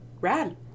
rad